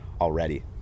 already